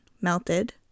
melted